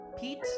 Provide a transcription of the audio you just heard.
Pete